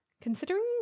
Considering